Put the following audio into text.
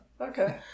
Okay